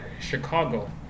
Chicago